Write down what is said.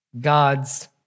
God's